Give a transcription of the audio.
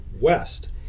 west